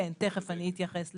תיכף אני אתייחס לזה.